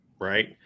right